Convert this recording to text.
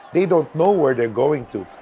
they don't know where they're going to,